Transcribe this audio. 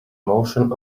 motion